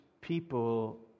people